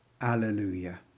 Alleluia